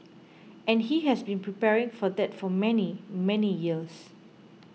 and he has been preparing for that for many many years